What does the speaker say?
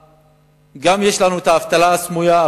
יש לנו גם האבטלה הסמויה,